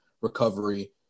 recovery